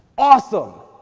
awesome,